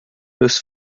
meus